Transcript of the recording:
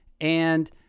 and-